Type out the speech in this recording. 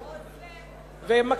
ומקשיב,